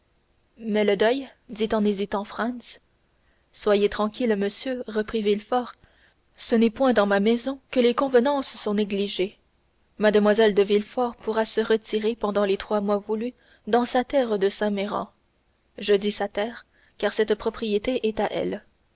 mais le deuil dit en hésitant franz soyez tranquille monsieur reprit villefort ce n'est point dans ma maison que les convenances sont négligées mlle de villefort pourra se retirer pendant les trois mois voulus dans sa terre de saint méran je dis sa terre car cette propriété est à elle